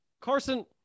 Carson